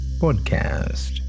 Podcast